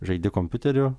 žaidi kompiuteriu